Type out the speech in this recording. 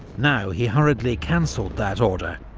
now he hurriedly cancelled that order,